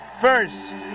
first